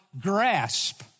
grasp